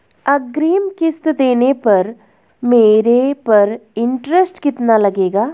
अग्रिम किश्त देने पर मेरे पर इंट्रेस्ट कितना लगेगा?